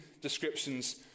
descriptions